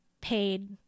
paid